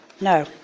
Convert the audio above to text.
No